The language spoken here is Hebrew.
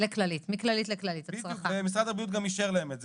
משרד הבריאות אישר להם את זה,